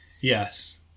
yes